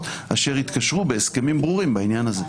אשר התקשרו בהסכמים ברורים בעניין הזה.